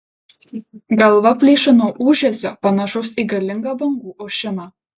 galva plyšo nuo ūžesio panašaus į galingą bangų ošimą